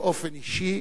באופן אישי,